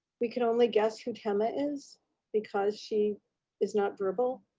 we can only guess who temma is because she is not verbal.